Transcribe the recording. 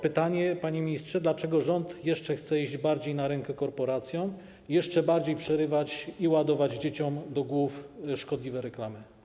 Pytanie, panie ministrze: Dlaczego rząd jeszcze bardziej chce iść na rękę korporacjom, jeszcze bardziej przerywać i ładować dzieciom do głów szkodliwe reklamy?